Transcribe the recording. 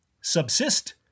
Subsist